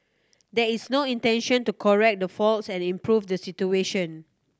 there is no intention to correct the faults and improve the situation